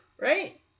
Right